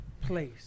place